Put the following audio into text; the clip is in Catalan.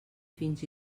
fins